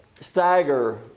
stagger